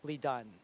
done